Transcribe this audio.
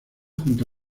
junto